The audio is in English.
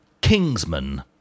Kingsman